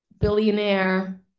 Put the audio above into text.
billionaire